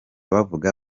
bavuga